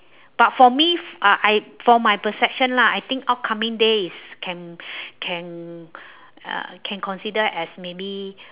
but for me f~ uh I for my perception lah I think outcoming day is can can uh can consider as maybe